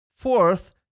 Fourth